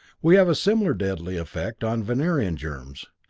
we have a similar deadly effect on venerian germs.